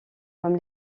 comme